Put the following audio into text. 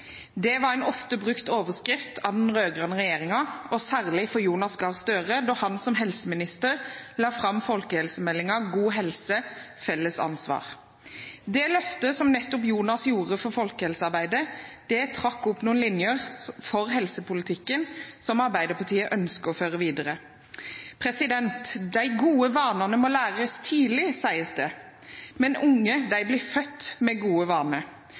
Det var en ofte brukt overskrift av den rød-grønne regjeringen, og særlig av Jonas Gahr Støre da han som helseminister la fram folkehelsemeldingen «God helse – felles ansvar». Det løftet som nettopp Jonas tok for folkehelsearbeidet, trakk opp noen linjer for helsepolitikken som Arbeiderpartiet ønsker å føre videre. De gode vanene må læres tidlig, sies det. Men de unge blir født med gode vaner.